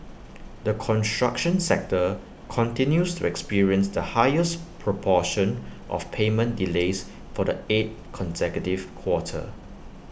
the construction sector continues to experience the highest proportion of payment delays for the eighth consecutive quarter